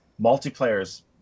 multiplayer's